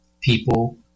people